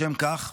לשם כך,